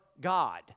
God